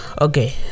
okay